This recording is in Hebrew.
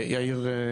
יאיר.